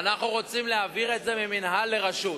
ואנחנו רוצים להעביר את זה מהמינהל לרשות.